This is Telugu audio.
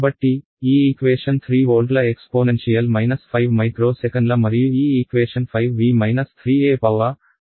కాబట్టి ఈ ఈక్వేషన్ 3 వోల్ట్ల ఎక్స్పోనెన్షియల్ 5 మైక్రో సెకన్ల మరియు ఈ ఈక్వేషన్ 5V 3e-t5 అని వ్రాయగలము